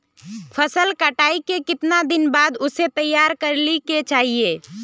फसल कटाई के कीतना दिन बाद उसे तैयार कर ली के चाहिए?